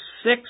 Six